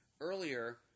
Earlier